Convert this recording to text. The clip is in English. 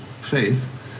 faith